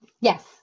Yes